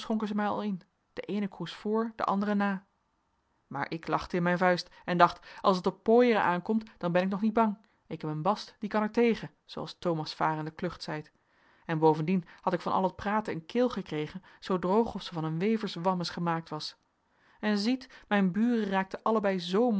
mij al in den eenen kroes voor den anderen na maar ik lachte in mijn vuist en dacht als het op pooieren aankomt dan ben ik nog niet bang ik heb een bast die kan er tegen zooals thomasvaer in de klucht zeit en bovendien had ik van al het praten een keel gekregen zoo droog of ze van een weverswammes gemaakt was en ziet mijn buren raakten allebei zoo